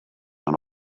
and